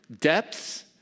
depths